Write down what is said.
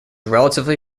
relatively